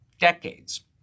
decades